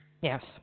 yes